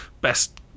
best